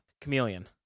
Chameleon